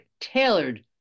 tailored